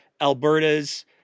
Alberta's